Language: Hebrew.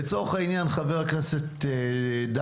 לצורך העניין חבר הכנסת דוידסון,